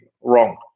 wrong